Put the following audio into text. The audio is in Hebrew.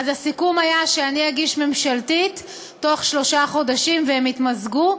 הסיכום היה שאני אגיש הצעה ממשלתית בתוך שלושה חודשים והם יתמזגו.